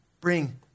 bring